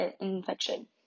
infection